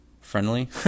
friendly